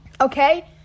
Okay